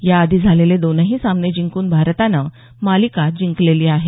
या आधी झालेले दोन्ही सामने जिंकून भारतानं मालिका जिंकलेली आहे